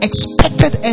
expected